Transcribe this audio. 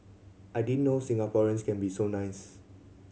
I didn't know Singaporeans can be so nice